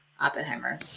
Oppenheimer